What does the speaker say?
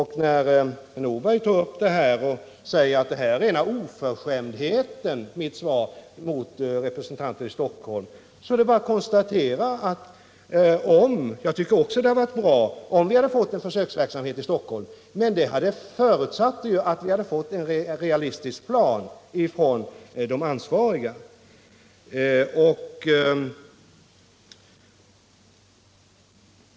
Herr Nordberg säger att mitt svar är en ren oförskämdhet mot Stockholm. Jag tycker också att det hade varit bra med en försöksverksamhet i Stockholm, men det förutsatte att vi skulle få en realistisk plan från de ansvariga, och jag kan bara konstatera att vi inte har fått det.